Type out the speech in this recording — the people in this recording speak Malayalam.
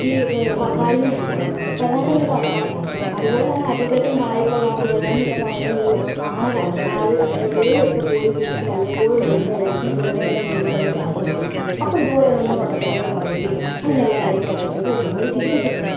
ഈ വവ്വാലിനെ ആയിരിക്കും കരിനാക്കൻ ഒരു വവ്വാലാണ് അതുപോലെ തന്നെ അജഗജന് വായിക്കൊള്ളാത്ത ഓരോന്നൊക്കെ പറയുന്ന ഒരു ആടാണ് ആട് എവിടെയെങ്കിലുമൊക്കെ പോയി തിരിച്ചു വല്ലപ്പോഴും വരുമ്പോഴായിരിക്കും സൂത്രന്റെയൊക്കെ മുന്നില് വന്നു ചാടുന്നത് അപ്പം ഇതുപോലെ എന്തെങ്കിലും പൊട്ടത്തരങ്ങൾ പറയുകയും അങ്ങനെയുള്ള കാര്യങ്ങളൊക്കെ ചെയ്തു ഒരുപാട് ചിരിപ്പിച്ചിട്ടുണ്ട്